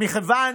טוב, הבנתי.